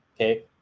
okay